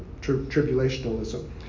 tribulationism